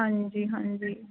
ਹਾਂਜੀ ਹਾਂਜੀ